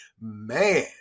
Man